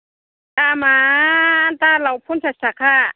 दामा दालाव फनचास थाखा